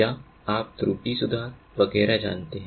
या आप त्रुटि सुधार वगैरह जानते हैं